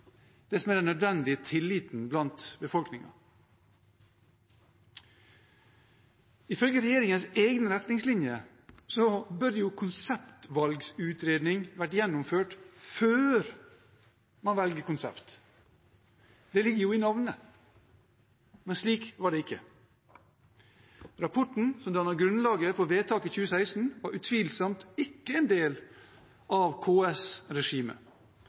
den har inngitt nødvendig tillit i befolkningen. Ifølge regjeringens egne retningslinjer bør en konseptvalgutredning være gjennomført før man velger konsept – det ligger jo i navnet. Men slik var det ikke. Rapporten som dannet grunnlaget for vedtaket i 2016, var utvilsomt ikke en del av